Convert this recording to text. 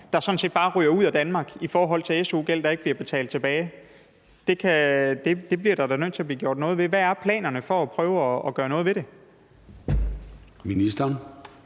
der sådan set bare ryger ud af Danmark og ikke bliver betalt tilbage. Det er man da nødt til at gøre noget ved. Hvad er planerne for at prøve at gøre noget ved det?